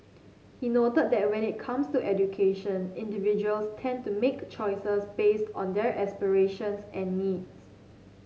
he noted that when it comes to education individuals tend to make choices based on their aspirations and needs